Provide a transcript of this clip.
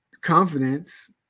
confidence